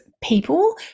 people